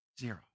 Zero